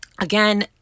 again